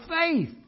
faith